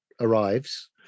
arrives